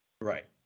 Right